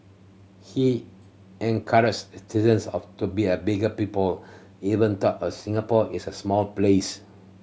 he encourage citizens of to be a bigger people even though a Singapore is a small place